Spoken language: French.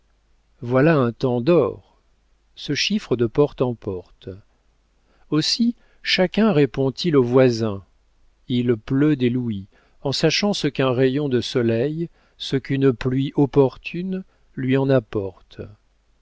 voilà un temps d'or se chiffrent de porte en porte aussi chacun répond-il au voisin il pleut des louis en sachant ce qu'un rayon de soleil ce qu'une pluie opportune lui en apporte